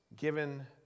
given